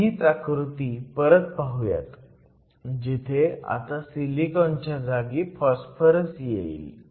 आपण हीच आकृती परत पाहुयात जिथे आता सिलिकॉनच्या जागी फॉस्फरस येईल